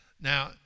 Now